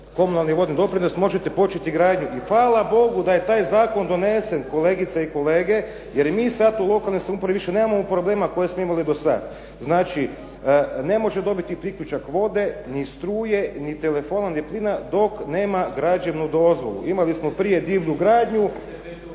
komunalni vodni doprinos možete početi i gradnju i hvala Bogu da je taj zakon donesen, kolegice i kolege jer mi sada u lokalnoj samoupravi više nemamo problema koje smo imali do sada. Znači ne može dobiti priključak vode ni struje, ni telefona ni plina dok nema građevnu dozvolu. Imali smo prije divlju gradnju,